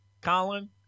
Colin